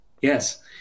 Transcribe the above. Yes